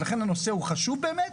לכן הנושא הוא חשוב באמת,